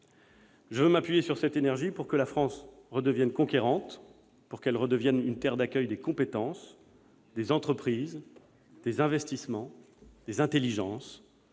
Je veux m'appuyer sur cette énergie pour que la France redevienne conquérante, pour qu'elle redevienne une terre d'accueil des compétences, des entreprises, des investissements et des intelligences,